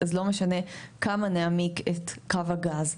אז לא משנה כמה נעמיק את קו הגז למטה,